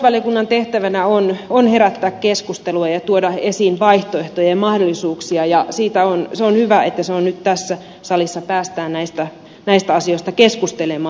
tulevaisuusvaliokunnan tehtävänä on herättää keskustelua ja tuoda esiin vaihtoehtojen mahdollisuuksia ja se on hyvä että se on nyt tässä salissa ja päästään näistä asioista keskustelemaan